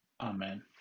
amen